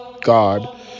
God